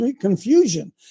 confusion